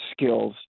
skills